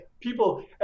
people